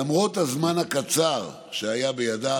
למרות הזמן הקצר שהיה בידה,